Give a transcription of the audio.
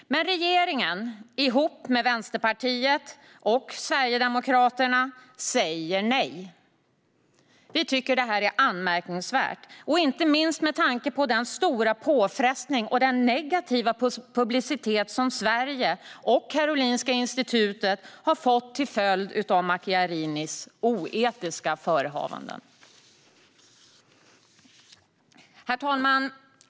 Men regeringen säger, ihop med Vänsterpartiet och Sverigedemokraterna, nej. Vi tycker att det är anmärkningsvärt, inte minst med tanke på den stora påfrestning och den negativa publicitet som Sverige, och Karolinska institutet, har fått till följd av Macchiarinis oetiska förehavanden. Herr talman!